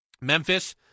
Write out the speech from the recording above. Memphis